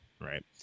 right